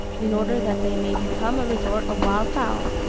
in order that they may become a resort of wild-fowl.